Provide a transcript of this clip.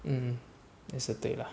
mm 也是对 lah